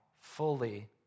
fully